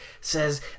says